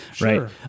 right